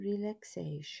relaxation